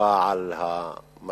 למתקפה על המשט,